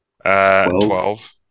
Twelve